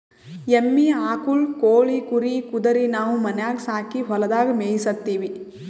ಎಮ್ಮಿ ಆಕುಳ್ ಕೋಳಿ ಕುರಿ ಕುದರಿ ನಾವು ಮನ್ಯಾಗ್ ಸಾಕಿ ಹೊಲದಾಗ್ ಮೇಯಿಸತ್ತೀವಿ